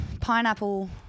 pineapple